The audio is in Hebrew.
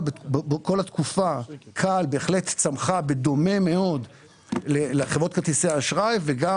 בכל התקופה כאל בהחלט צמחה בדומה מאוד לחברות כרטיסי האשראי וגם,